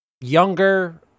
younger